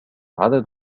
عدد